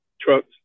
trucks